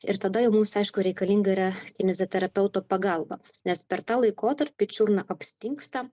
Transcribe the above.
ir tada jau mums aišku reikalinga yra kineziterapeuto pagalba nes per tą laikotarpį čiurna apstingsta